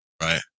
Right